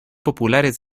populares